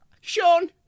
Sean